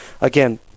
again